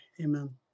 amen